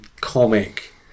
comic